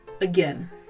again